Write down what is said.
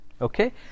Okay